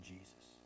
Jesus